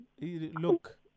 Look